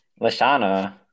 Lashana